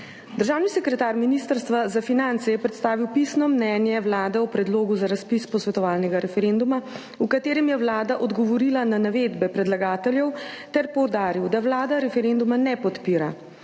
Državni sekretar Ministrstva za finance je predstavil pisno mnenje Vlade o predlogu za razpis posvetovalnega referenduma, v katerem je Vlada odgovorila na navedbe predlagateljev, ter poudaril, da Vlada referenduma ne podpira.